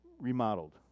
remodeled